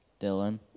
Dylan